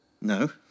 No